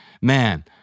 man